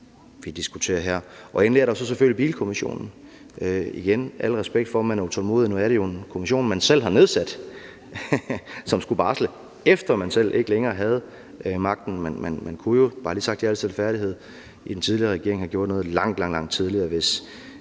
vi diskuterer her. Endelig er der jo så selvfølgelig bilkommissionen, og igen: Al respekt for, at man er utålmodig, men nu er det jo en kommission, men selv har nedsat, som skulle barsle, efter at man ikke længere selv havde magten. Men man kunne jo i den tidligere regering – bare lige sagt i al stilfærdighed – have gjort noget langt, langt tidligere, hvis